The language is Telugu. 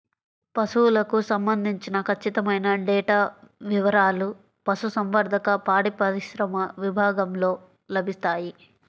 పశువులకు సంబంధించిన ఖచ్చితమైన డేటా వివారాలు పశుసంవర్ధక, పాడిపరిశ్రమ విభాగంలో లభిస్తాయి